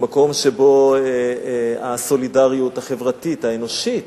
במקום שבו הסולידריות החברתית, האנושית,